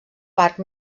parc